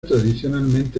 tradicionalmente